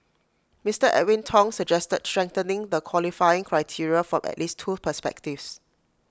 Mister Edwin Tong suggested strengthening the qualifying criteria from at least two perspectives